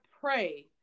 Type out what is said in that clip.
pray